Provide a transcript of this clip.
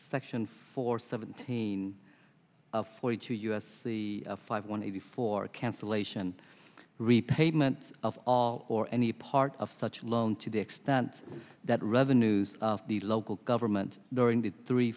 section four seventeen forty two us the five hundred eighty four cancellation repayment of all or any part of such loan to the extent that revenues of the local government during the three